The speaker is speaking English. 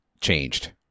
changed